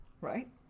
right